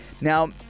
Now